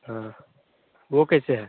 हाँ वह कैसे है